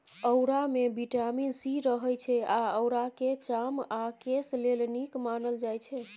औरामे vitamin C रहय छै आ औराकेँ चाम आ केस लेल नीक मानल जाइ छै